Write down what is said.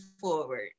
forward